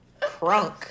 crunk